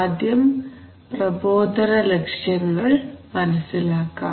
ആദ്യം പ്രബോധന ലക്ഷ്യങ്ങൾ മനസ്സിലാക്കാം